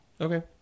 Okay